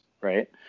right